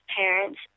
parents